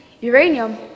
uranium